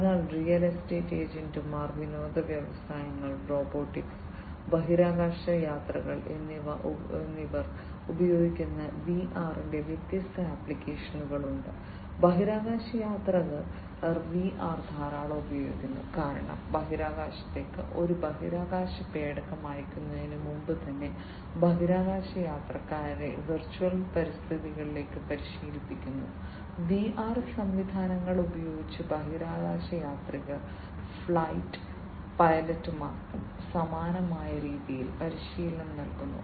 അതിനാൽ real estate ഏജന്റുമാർ വിനോദ വ്യവസായങ്ങൾ റോബോട്ടിക്സ് ബഹിരാകാശയാത്രികർ എന്നിവർ ഉപയോഗിക്കുന്ന വിആറിന്റെ വ്യത്യസ്ത ആപ്ലിക്കേഷനുകൾ ഉണ്ട് ബഹിരാകാശയാത്രികർ വിആർ ധാരാളം ഉപയോഗിക്കുന്നു കാരണം ബഹിരാകാശത്തേക്ക് ഒരു ബഹിരാകാശ പേടകം അയയ്ക്കുന്നതിന് മുമ്പുതന്നെ ബഹിരാകാശയാത്രികരെ വെർച്വൽ പരിതസ്ഥിതികളിൽ പരിശീലിപ്പിക്കുന്നു വിആർ സംവിധാനങ്ങൾ ഉപയോഗിച്ച് ബഹിരാകാശയാത്രികർ ഫ്ലൈറ്റ് പൈലറ്റുമാർക്കും സമാനമായ രീതിയിൽ പരിശീലനം നൽകുന്നു